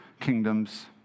kingdoms